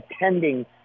attending